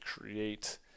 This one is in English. create